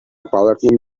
палӑртнӑ